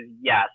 yes